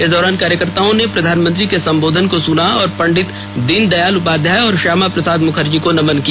इस दौरान कार्यकर्ताओं ने प्रधानमंत्री के संबोधन को सुना और पंडित दीनदयाल उपाध्याय और श्यामा प्रसाद मुखर्जी को नमन किया